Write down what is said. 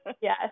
Yes